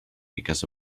because